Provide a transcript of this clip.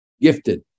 Gifted